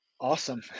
awesome